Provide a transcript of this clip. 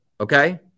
Okay